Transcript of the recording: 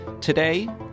Today